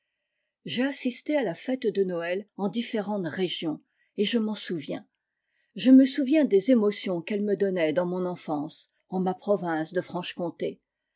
j'ai assisté à la fête de noël en différentes régions et je m'en souviens je me souviens des émotions qu'elle me donnait dans mon enfance en ma province de franchecomté